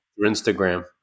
Instagram